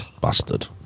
Bastard